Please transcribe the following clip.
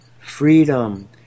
freedom